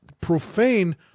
profane